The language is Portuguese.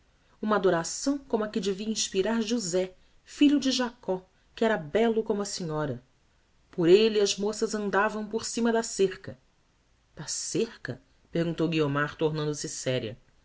uma adoração como a que devia inspirar josé filho de jacob que era bello como a senhora por elle as moças andavam por cima da cerca da cerca perguntou guiomar tornando-se séria